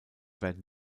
werden